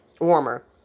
warmer